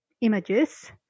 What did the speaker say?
images